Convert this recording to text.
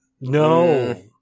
No